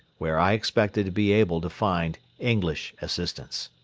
where i expected to be able to find english assistance.